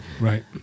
Right